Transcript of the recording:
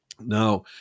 Now